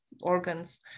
organs